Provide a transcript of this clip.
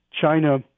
China